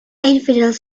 infidels